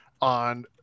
on